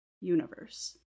universe